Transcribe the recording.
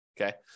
okay